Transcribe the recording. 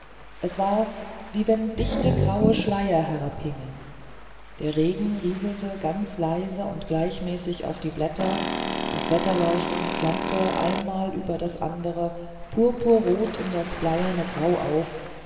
es war wie wenn dichte graue schleier herabhingen der regen rieselte ganz leise und gleichmäßig auf die blätter das wetterleuchten flammte einmal über das andere purpurrot in das bleierne grau auf